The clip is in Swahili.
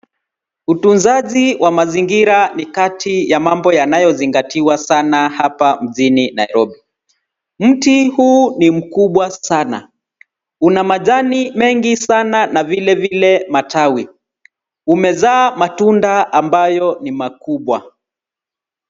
Utunzaji wa mazingira ni kati ya mambo yanayozingatiwa sana hapa mjini Nairobi. Mti huu ni mkubwa sana. Una majani mengi sana na vilevile matawi. Umezaa matunda ambayo ni makubwa.